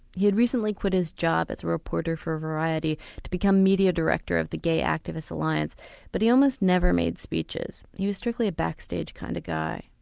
he had recently quit his job as a reporter at variety to become media director of the gay activist alliance but he almost never made speeches, he was strictly a back stage kind of guy.